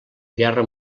guerra